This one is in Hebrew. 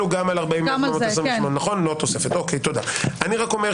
אני לא כותב את זה בחקיקה איך בית משפט ינהל את הדיון.